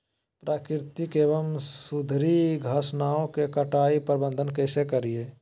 प्राकृतिक एवं सुधरी घासनियों में कटाई प्रबन्ध कैसे करीये?